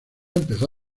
empezó